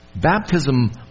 Baptism